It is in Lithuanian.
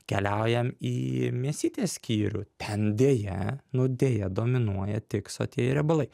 keliaujam į mėsytės skyrių ten deja nu deja dominuoja tik sotieji riebalai